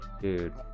dude